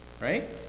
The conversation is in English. Right